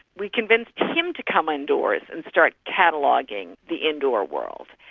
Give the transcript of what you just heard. we convinced him to come indoors and start cataloguing the indoor world.